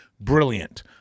brilliant